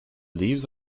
leaves